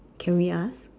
can we ask